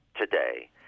today